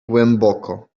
głęboko